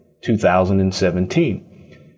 2017